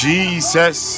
Jesus